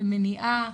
במניעה,